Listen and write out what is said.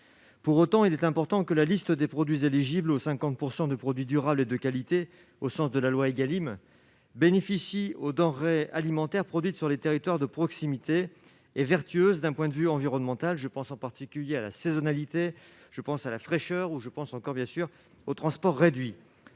pour autant, il est important que la liste des produits éligibles au 50 % de produits durables de qualité au sens de la loi Egalim bénéficie aux denrées alimentaires produites sur les territoires de proximité et vertueuse, d'un point de vue environnemental, je pense en particulier à la saisonnalité, je pense à la fraîcheur où je pense encore